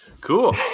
Cool